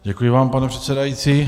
Děkuji vám, pane předsedající.